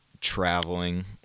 traveling